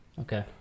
Okay